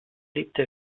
lebte